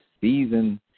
season